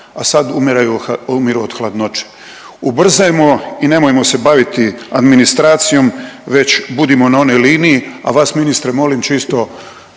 a sad umiru od hladnoće. Ubrzajmo i nemojmo se baviti administracijom već budimo na onoj liniji, a vas ministre, molim čisto,